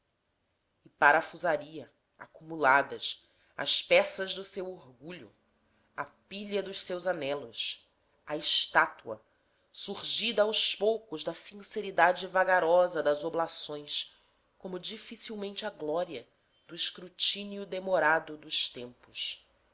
e parafusaria acumuladas as peças do seu orgulho a pilha dos seus anelos a estátua surgida aos poucos da sinceridade vagarosa das oblações como dificilmente a glória do escrutínio demorado dos tempos